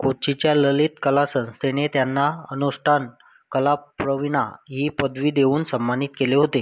कोचीच्या ललित कला संस्थेने त्यांना अनुष्ठान कलाप्रवीणा ही पदवी देऊन सन्मानित केले होते